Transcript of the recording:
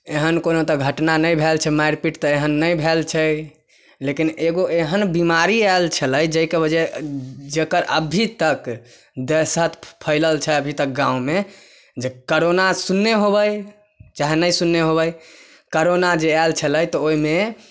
एहन कोनो तऽ घटना नहि भेल छै मारि पीट तऽ नहि भेल छै लेकिन एगो एहेन बीमारी आयल छलै जाहिके बजह जेकर अभी तक दहशत फैलल छै अभी तक गाँवमे जे करोना सुनने होबै चाहे नहि सुनने होबै करोना जे आयल छलै तऽ ओहिमे